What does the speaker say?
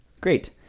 Great